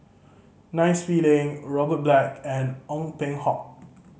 Nai Swee Leng Robert Black and Ong Peng Hock